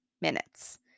minutes